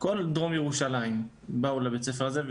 מכל דרום ירושלים באו לבית הספר הזה.